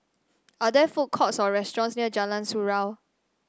are there food courts or restaurants near Jalan Surau